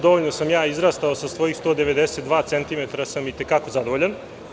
Dovoljno sam ja izrastao, sa svojih 192 cm sam i te kako zadovoljan.